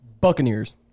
Buccaneers